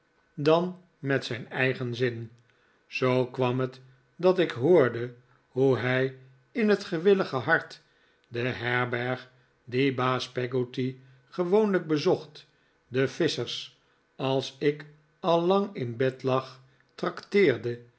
dan met zijn eigen zin zoo kwam het dat ik hoorde hoe hij in het gewillige hart de herberg die baas peggotty gewoonlijk bezocht de visschers als ik al lang in bed lag trakteerde